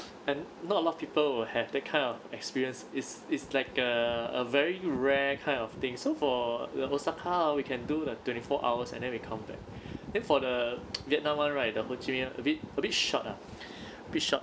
and not a lot of people will have that kind of experience it's it's like a a very rare kind of thing so for the osaka we can do the twenty-four hours and then we come back then for the vietnam [one] right the ho chi minh [one] a bit short ah a bit short